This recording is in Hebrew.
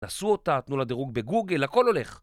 נסו אותה, תנו לה דירוג בגוגל, הכל הולך!